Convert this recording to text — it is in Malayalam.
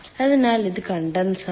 അതിനാൽ ഇത് കണ്ടൻസറാണ്